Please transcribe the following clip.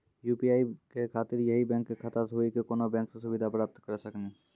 UPI के खातिर यही बैंक के खाता से हुई की कोनो बैंक से सुविधा प्राप्त करऽ सकनी?